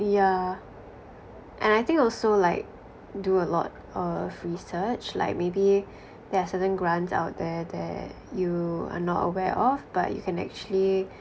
yeah and I think also like do a lot of research like maybe there are certain grants out there that you are not aware of but you can actually